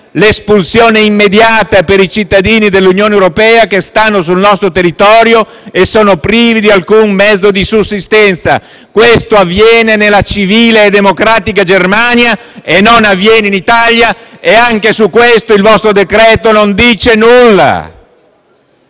l'espulsione immediata per i cittadini dell'Unione europea che stanno sul nostro territorio e sono privi di qualsiasi mezzo di sussistenza. Questo avviene nella civile e democratica Germania e non avviene in Italia e anche su questo il vostro decreto-legge non dice nulla.